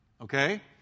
Okay